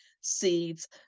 seeds